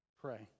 pray